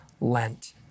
Lent